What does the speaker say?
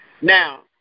Now